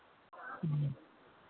ह्म्म